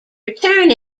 return